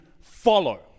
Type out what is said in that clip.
follow